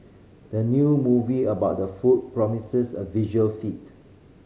the new movie about the food promises a visual feat